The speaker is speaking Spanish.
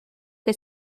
que